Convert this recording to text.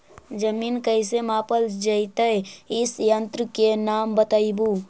जमीन कैसे मापल जयतय इस यन्त्र के नाम बतयबु?